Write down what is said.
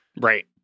right